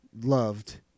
loved